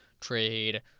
trade